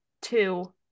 two